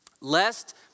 Lest